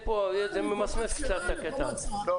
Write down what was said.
זה ממסמס קצת הקטע הזה.